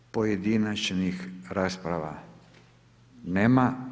Pojedinačnih rasprava nema.